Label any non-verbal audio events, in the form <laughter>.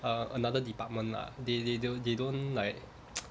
uh another department lah they they don't they don't like <noise>